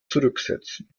zurücksetzen